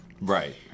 Right